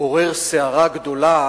עורר סערה גדולה